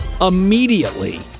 immediately